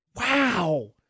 Wow